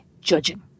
judging